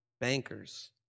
bankers